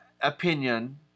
opinion